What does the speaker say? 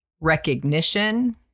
recognition